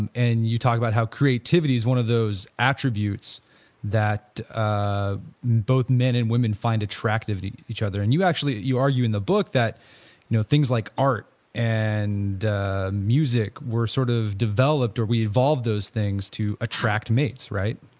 and and you talked about how creativity is one of those attributes that ah both men and women find attractive in each other. and you actually argue in the book that you know things like art and music were sort of developed or we evolved those things to attract mates, right?